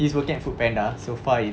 he's working at foodpanda so far it's